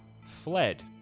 Fled